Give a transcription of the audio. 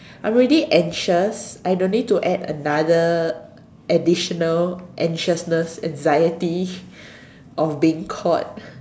I'm already anxious I don't need to add another additional anxiousness anxiety of being caught